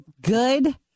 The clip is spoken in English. good